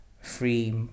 free